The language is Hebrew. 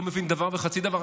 לא מבין דבר וחצי דבר.